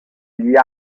gli